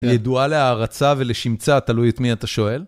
ידועה להערצה ולשמצה, תלוי את מי אתה שואל?